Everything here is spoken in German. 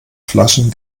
flaschen